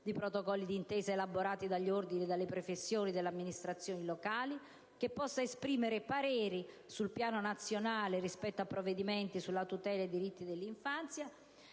di protocolli d'intesa elaborati dagli ordini e dalle professioni, dalle amministrazioni locali, potrà esprimere pareri sul piano nazionale rispetto a provvedimenti sulla tutela dei diritti dell'infanzia